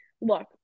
look